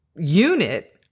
unit